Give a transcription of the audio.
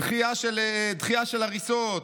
דחיית הריסות.